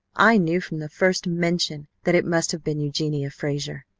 i knew from the first mention that it must have been eugenia frazer.